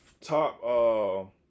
top